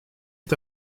est